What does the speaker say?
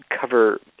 cover